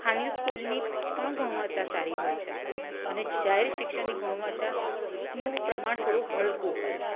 ખાનગી સ્કૂલની પણ ગુણવત્તા સારી હોય છે અને જાહેર શિક્ષણની ગુણવતાનું પ્રમાણ થોડું હલકું હોય છે